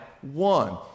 one